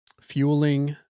Fueling